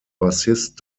bassist